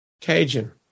Cajun